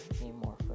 anymore